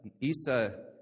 Isa